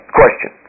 question